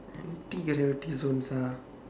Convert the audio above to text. anti-gravity zones ah